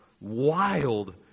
wild